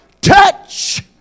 Touch